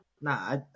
nah